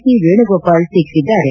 C Venugopal ಟೀಕಿಸಿದ್ದಾರೆ